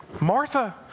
Martha